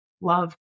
love